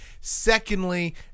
Secondly